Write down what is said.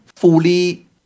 fully